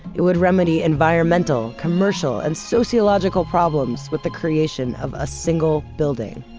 it would remedy environmental, commercial and sociological problems with the creation of a single building